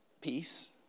peace